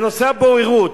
בנושא הבוררות,